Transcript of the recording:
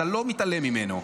אתה לא מתעלם ממנו.